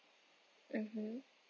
mmhmm